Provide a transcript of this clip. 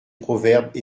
proverbe